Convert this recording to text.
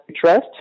trust